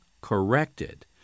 corrected